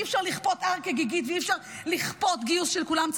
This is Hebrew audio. אי-אפשר לכפות הר כגיגית ואי-אפשר לכפות גיוס של כולם.